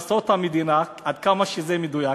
עד כמה זה מדויק.